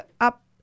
up